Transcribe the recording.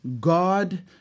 God